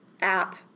app